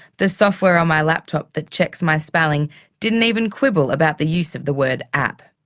the software on my laptop that checks my spelling didn't even quibble about the use of the word app.